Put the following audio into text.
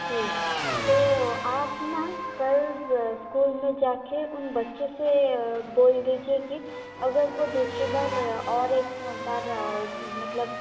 जी तो आप ना कल स्कूल में जा के उन बच्चों से बोल दीजिए कि अगर वो दूसरी बार और एक बार मतलब